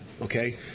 Okay